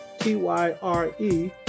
T-Y-R-E